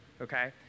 okay